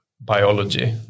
biology